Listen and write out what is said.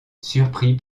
surpris